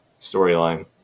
storyline